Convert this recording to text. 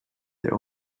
their